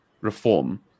reform